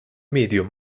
medium